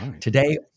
Today